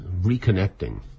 reconnecting